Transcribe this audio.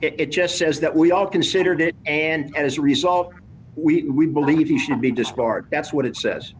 it just says that we all considered it and as a result we believe you should be disbarred that's what it says